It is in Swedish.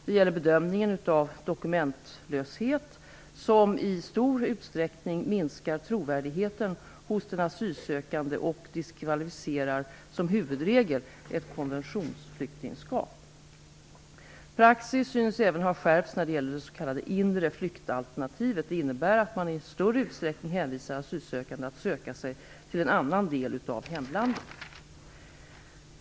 Det gäller bedömningen av dokumentlöshet som i stor utsträckning minskar trovärdigheten hos den asylsökande och diskvalificerar som huvudregel ett konventionsflyktingskap. Praxis synes även ha skärpts när det gäller det s.k. inre flyktalternativet. Det innebär att man i större utsträckning hänvisar asylsökande att söka sig till en annan del av hemlandet.